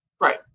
Right